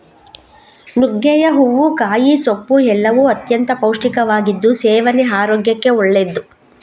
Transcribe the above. ನುಗ್ಗೆಯ ಹೂವು, ಕಾಯಿ, ಸೊಪ್ಪು ಎಲ್ಲವೂ ಅತ್ಯಂತ ಪೌಷ್ಟಿಕವಾಗಿದ್ದು ಸೇವನೆ ಆರೋಗ್ಯಕ್ಕೆ ಒಳ್ಳೆದ್ದು